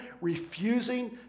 refusing